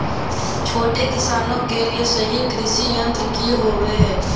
छोटे किसानों के लिए सही कृषि यंत्र कि होवय हैय?